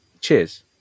Cheers